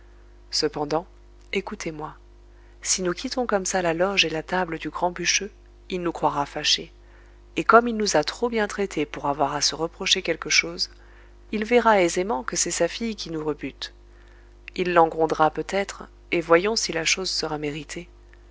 cependant écoutez-moi si nous quittons comme ça la loge et la table du grand bûcheux il nous croira fâchés et comme il nous a trop bien traités pour avoir à se reprocher quelque chose il verra aisément que c'est sa fille qui nous rebute il l'en grondera peut-être et voyons si la chose sera méritée